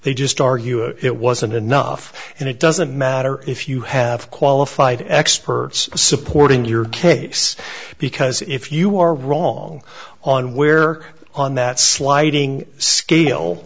they just argue it wasn't enough and it doesn't matter if you have qualified experts supporting your case because if you are wrong on where on that sliding scale